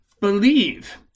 believe